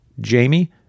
Jamie